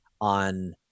on